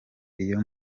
iyo